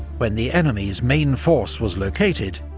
when the enemy's main force was located,